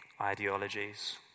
ideologies